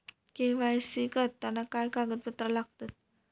KYC करताना काय कागदपत्रा लागतत?